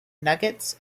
nuggets